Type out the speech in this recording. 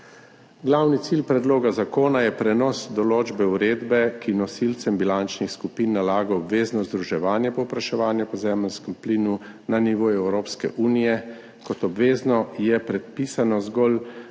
Glavni cilj predloga zakona je prenos določbe uredbe, ki nosilcem bilančnih skupin nalaga obvezno združevanje povpraševanja po zemeljskem plinu na nivoju Evropske unije. Kot obvezno je predpisano zgolj